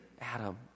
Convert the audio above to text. Adam